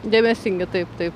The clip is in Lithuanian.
dėmesingi taip taip